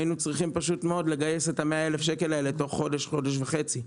היינו צריכים לגייס את 100 אלף השקלים האלה תוך חודש-חודש וחצי.